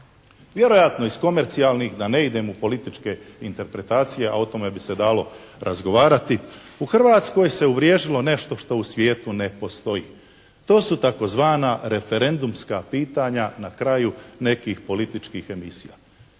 Vjerojatno iz komercijalnih da ne idem u političke interpretacije, a o tome bi se dalo razgovarati, u Hrvatskoj se uvriježilo nešto što u svijetu ne postoji. To su tzv. referendumska pitanja na kraju nekih političkih pitanja.